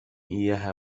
إياها